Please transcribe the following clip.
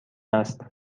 است